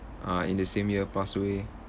uh in the same year pass away